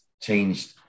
changed